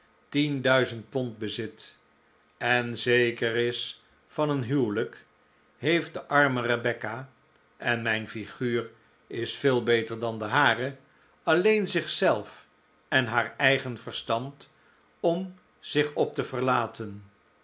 duizend pond bezit en zeker is van een huwelijk heeft de arme rebecca en mijn flguur is veel beter dan de hare alleen zichzelf en haar eigen verstand om zich op te verlaten